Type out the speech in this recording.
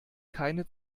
keine